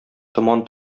томан